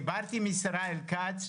דיברתי עם ישראל כץ,